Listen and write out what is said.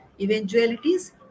eventualities